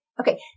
Okay